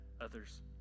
others